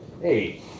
hey